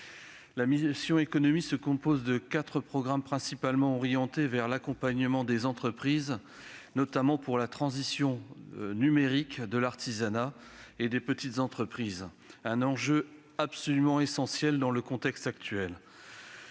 La mission « Économie » se compose de quatre programmes principalement orientés vers l'accompagnement des entreprises, notamment pour la transition numérique de l'artisanat et des petites entreprises. L'enjeu est essentiel dans le contexte actuel.